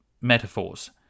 metaphors